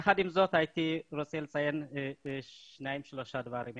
יחד עם זאת הייתי רוצה לציין שניים-שלושה דברים.